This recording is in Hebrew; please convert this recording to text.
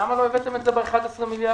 למה לא הבאתם את זה במסגרת ה-11 מיליארד?